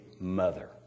mother